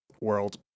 world